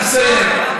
נא לסיים.